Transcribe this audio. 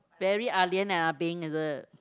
very ah lian and ah beng is it